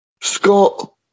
Scott